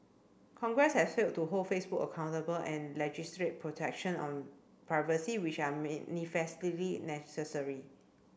congress has failed to hold Facebook accountable and legislate protection on privacy which are manifestly necessary